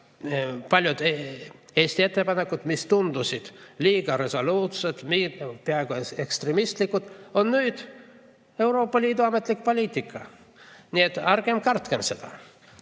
Paljud Eesti ettepanekud, mis tundusid liiga resoluutsed, peaaegu ekstremistlikud, on nüüd Euroopa Liidu ametlik poliitika. Nii et ärgem kartkem seda!